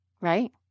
Right